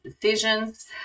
decisions